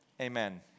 amen